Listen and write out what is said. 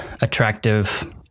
attractive